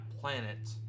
planet